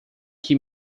que